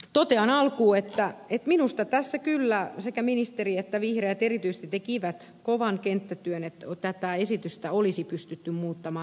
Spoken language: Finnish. totean alkuun että minusta tässä kyllä sekä ministeri että vihreät erityisesti tekivät kovan kenttätyön että tätä esitystä olisi pystytty muuttamaan